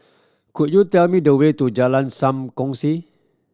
could you tell me the way to Jalan Sam Kongsi